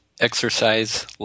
exercise